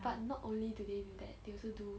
but not only do they do that they also do